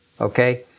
Okay